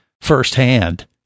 firsthand